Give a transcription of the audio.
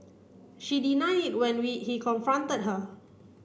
she deny it when we he confronted her